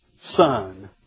son